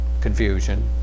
confusion